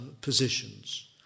positions